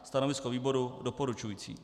Stanovisko výboru doporučující.